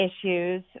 issues